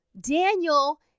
Daniel